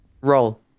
Roll